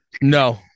No